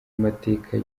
amateka